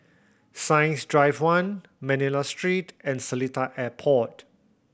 Science Drive One Manila Street and Seletar Airport